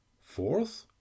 Fourth